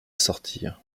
sortir